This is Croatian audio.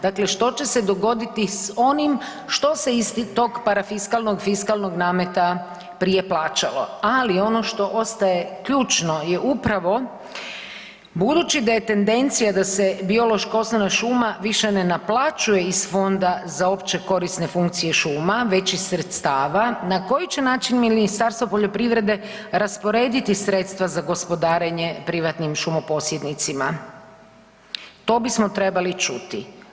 Dakle, što će se dogoditi s onim što se iz tog parafiskalnog, fiskalnog nameta prije plaćalo, ali ono što ostaje ključno je upravo budući da je tendencija da se biološka osnovna šuma više ne naplaćuje iz Fonda za općekorisne funkcije šuma već iz sredstava na koji će način Ministarstvo poljoprivrede rasporediti sredstava za gospodarenje privatnim šumoposjednicima to bismo trebali čuti.